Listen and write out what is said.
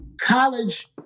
college